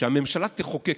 שהממשלה תחוקק.